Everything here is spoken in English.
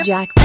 Jack